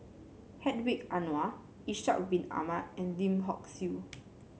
Hedwig Anuar Ishak Bin Ahmad and Lim Hock Siew